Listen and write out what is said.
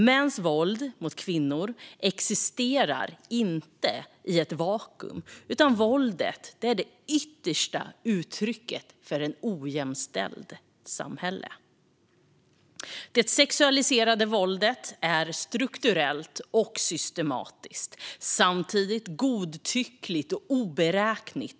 Mäns våld mot kvinnor existerar inte i ett vakuum, utan våldet är det yttersta uttrycket för ett ojämställt samhälle. Det sexualiserade våldet är strukturellt och systematiskt, men samtidigt godtyckligt och oberäkneligt.